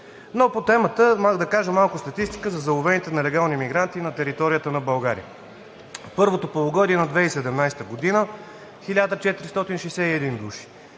По темата. Да кажа малко статистика за заловените нелегални мигранти на територията на България: първото полугодие на 2017 г. – 1461 души;